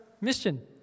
mission